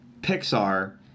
Pixar